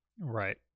Right